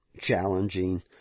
challenging